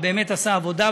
באמת עשה עבודה.